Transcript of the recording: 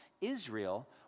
Israel